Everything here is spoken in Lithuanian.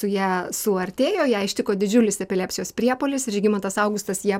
su ja suartėjo ją ištiko didžiulis epilepsijos priepuolis ir žygimantas augustas ją